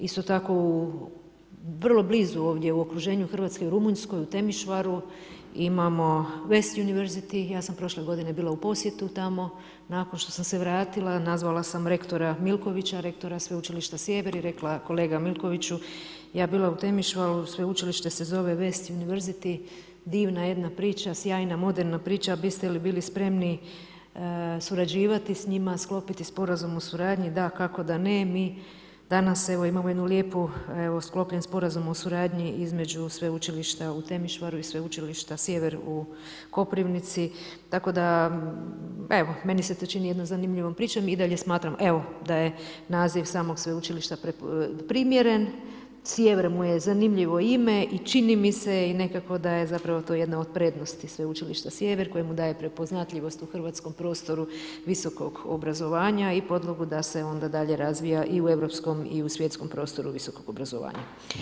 Isto tako vrlo blizu ovdje u okruženju Hrvatske u Rumunjskoj, u Temišvaru imamo West University, ja sam prošle godine bila u posjetu tamo, nakon što sam se vratila, nazvala sam rektora Milkovića, rektora Sveučilišta Sjever i rekla kolega Milkoviću, ja bila u Temišvaru, sveučilište se zove West University, divna jedna priča, sjajna, moderna priča, biste li bili spremni surađivati s njima, sklopiti sporazum o suradnji, da, kako da ne, mi danas evo imamo jednu lijepu, evo sklopljen sporazum o suradnju između sveučilišta u Temišvaru i Sveučilišta Sjever u Koprivnici, tako evo, meni se to čini jednom zanimljivom pričom, i dalje smatram da je naziv samog sveučilišta primjeren, Sjever mu je zanimljivo ime i čini mi se i nekako da je to jedno od prednosti Sveučilišta Sjever koje mu daje prepoznatljivost u hrvatskom prostoru visokog obrazovanja i podlogu da se onda dalje razvija i u europskom i u svjetskom prostoru visokog obrazovanja.